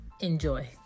enjoy